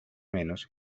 menos